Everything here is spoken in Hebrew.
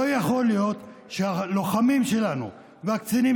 לא יכול להיות שהלוחמים שלנו והקצינים